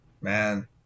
Man